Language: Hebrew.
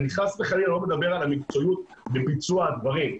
אני חס וחלילה לא מדבר על המקצועיות בביצוע הדברים,